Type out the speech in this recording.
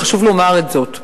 חשוב לומר את זאת.